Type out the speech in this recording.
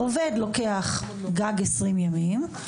עובד לוקח גג עשרים ימים,